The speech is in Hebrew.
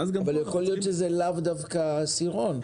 אבל יכול להיות שזה לאו דווקא עשירון.